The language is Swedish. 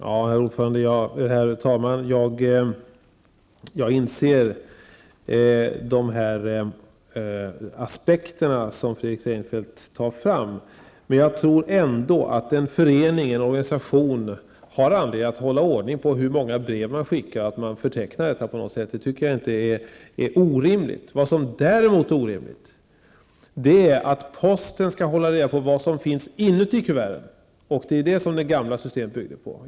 Herr talman! Jag inser de aspekter som Fredrik Reinfeldt tar fram. Jag tror ändå att en förening eller organisation har anledning att hålla ordning på hur många brev man skickar och gör en förteckning. Jag tycker inte att det är orimligt. Däremot är det orimligt att posten skall hålla reda på vad som finns inuti kuverten. Det är vad det gamla systemet byggde på.